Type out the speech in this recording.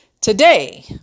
today